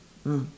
mm